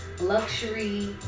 luxury